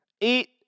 Eat